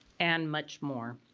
and much more.